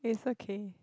it's okay